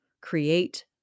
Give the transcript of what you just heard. create